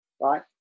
right